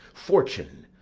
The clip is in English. fortune!